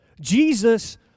Jesus